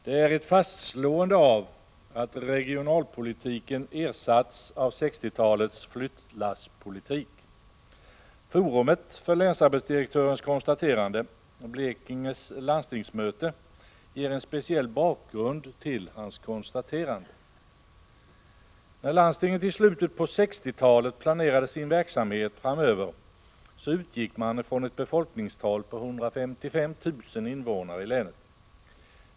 Det är ett fastslående av att regionalpolitiken ersatts av 1960-talets flyttlasspolitik. Forumet för länsarbetsdirektörens konstaterande, Blekinges landstingsmöte, ger en speciell bakgrund till hans konstaterande. När landstinget i slutet av 1960-talet planerade sin verksamhet framöver, utgick man från ett befolkningstal på 155 000 invånare i länet.